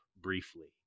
briefly